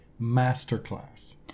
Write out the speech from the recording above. masterclass